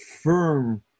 firm